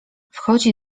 wchodzi